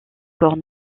corps